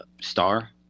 star